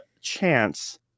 chance